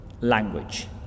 language